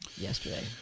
yesterday